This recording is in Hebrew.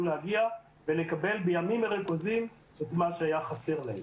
להגיע ולקבל בימים מרוכזים את מה שהיה חסר להם.